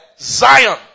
Zion